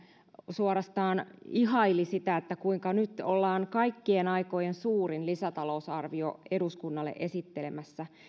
suorastaan ihaili sitä kuinka nyt ollaan kaikkien aikojen suurin lisätalousarvio eduskunnalle esittelemässä